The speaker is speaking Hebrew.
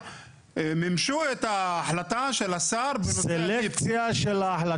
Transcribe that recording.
מימשו את ההחלטה של השר --- סלקציה של ההחלטה.